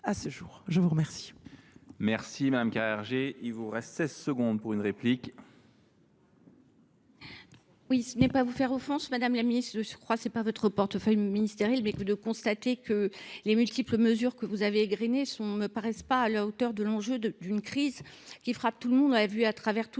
je vous remercie